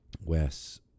Wes